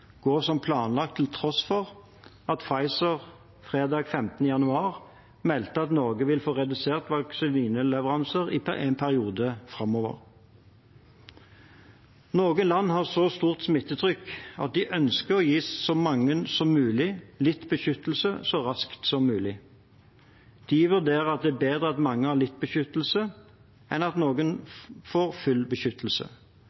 som planlagt til tross for at Pfizer fredag 15. januar meldte at Norge vil få reduserte vaksineleveranser i en periode framover. Noen land har så stort smittetrykk at de ønsker å gi så mange som mulig litt beskyttelse så raskt som mulig. De vurderer at det er bedre at mange har litt beskyttelse enn at